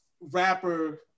rapper